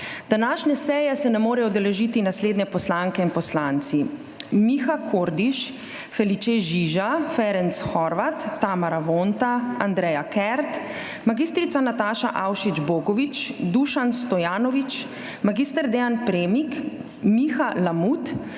Današnje seje se ne morejo udeležiti naslednje poslanke in poslanci: Miha Kordiš, Felice Žiža, Ferenc Horváth, Tamara Vonta, Andreja Kert, mag. Nataša Avšič Bogovič, Dušan Stojanovič, mag. Dean Premik, Miha Lamut,